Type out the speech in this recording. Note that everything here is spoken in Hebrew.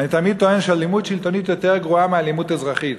אני תמיד טוען שאלימות שלטונית יותר גרועה מאלימות אזרחית.